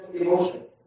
emotion